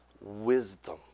wisdom